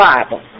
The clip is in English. Bible